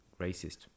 racist